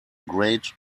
great